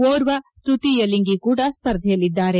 ಓರ್ವ ತ್ವಶೀಯ ಲಿಂಗಿ ಕೂಡ ಸ್ಪರ್ಧೆಯಲ್ಲಿದ್ದಾರೆ